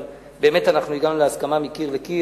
אבל אנחנו באמת הגענו להסכמה מקיר לקיר.